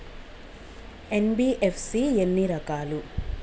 NBFC ఎన్ని రకాలు?